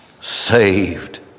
saved